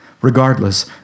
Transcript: Regardless